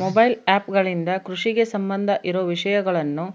mobile app ಗಳಿಂದ ಕೃಷಿಗೆ ಸಂಬಂಧ ಇರೊ ವಿಷಯಗಳನ್ನು